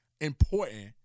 important